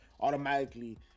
automatically